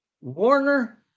Warner